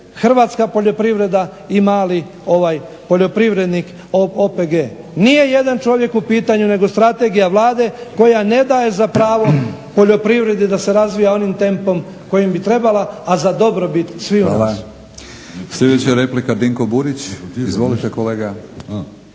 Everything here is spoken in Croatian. hrvatska poljoprivreda i mali poljoprivrednik, OPG. Nije jedan čovjek u pitanju, nego strategija Vlade koja ne daje za pravo poljoprivredi da se razvija onim tempom kojim bi trebala, a za dobrobit sviju nas.